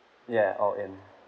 ya all in